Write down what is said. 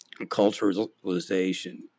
culturalization